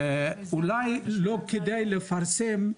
אולי לא כדאי לפרסם,